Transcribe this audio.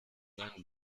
ein